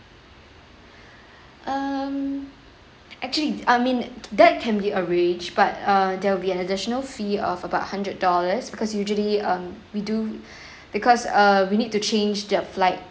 um actually I mean that can be arranged but uh there'll be an additional fee of about hundred dollars because usually um we do because uh we need to change the flight